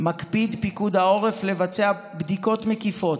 מקפיד פיקוד העורף לבצע בדיקות מקיפות,